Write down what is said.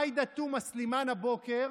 עאידה תומא סלימאן הבוקר